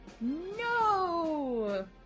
No